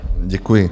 Děkuji.